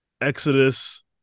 Exodus